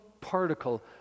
particle